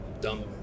dumb